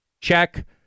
Check